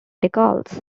decals